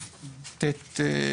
י"ג.